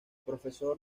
profesor